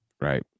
Right